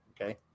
Okay